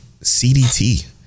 CDT